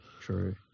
True